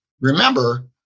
remember